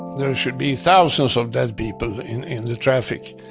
there should be thousands of dead people in in the traffic.